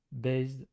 Based